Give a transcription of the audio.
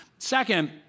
Second